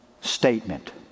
statement